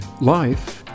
life